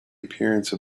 appearance